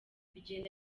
bigenda